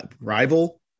rival